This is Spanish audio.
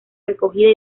recogida